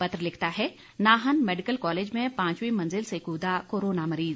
पत्र लिखता है नाहन मेडिकल कालेज में पांचवीं मंजिल से कूदा कोरोना मरीज